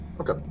Okay